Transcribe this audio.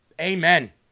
Amen